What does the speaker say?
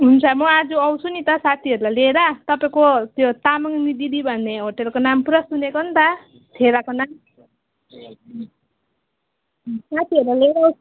हुन्छ म आज आउँछु नि त साथीहरूलाई लिएर तपाईँको त्यो तामाङ्नी दिदी भन्ने होटेलको नाम पुरा सुनेको नि त थेबाको नाम साथीहरूलाई लिएर आउँछु